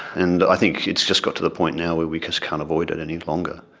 and i think it's just got to the point now where we just can't avoid it any longer.